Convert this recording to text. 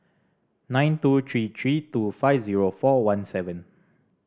nine two three three two five zero four one seven